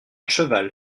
cheval